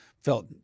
felt